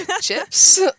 chips